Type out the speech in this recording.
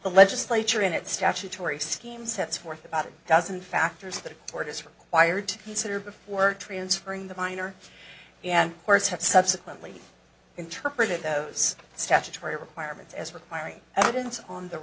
the legislature in its statutory scheme sets forth about a dozen factors that tortoise required to consider before transferring the minor and courts have subsequently interpreted those statutory requirements as requiring evidence o